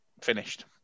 finished